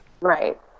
right